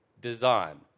design